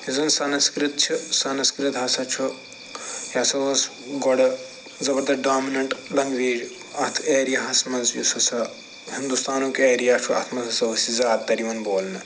یۄس زن سنسکِرت چھِ سنسکرت ہسا چھُ یہِ ہسا اوس گۄڈٕ زبردست ڈامِنیٚنٛٹ لینٛگویج اَتھ ایریا ہس منٛز یُس ہسا ہندوستانُک ایریا چھُ اتھ منٛز ہسا ٲسۍ یہ زیادٕ تر یِوان بولنہٕ